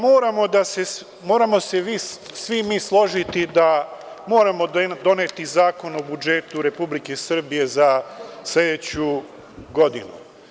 Moramo se svi mi složiti da moramo doneti Zakon o budžetu Republike Srbije za sledeću godinu.